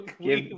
give